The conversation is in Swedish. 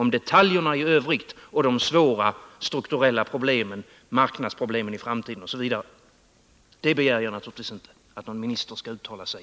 Om detaljerna i övrigt, om de svåra strukturella problemen, om marknadsproblemen i framtiden osv. begär jag naturligtvis inte att någon minister i dag skall uttala sig.